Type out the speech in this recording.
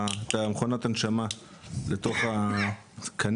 את מכונת ההנשמה לתוך הקנה,